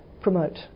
promote